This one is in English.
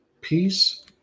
peace